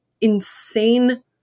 insane